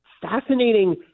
fascinating